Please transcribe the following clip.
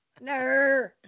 No